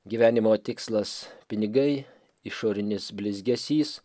gyvenimo tikslas pinigai išorinis blizgesys